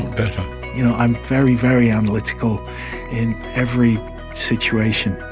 better. you know, i am very, very analytical in every situation.